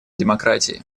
демократии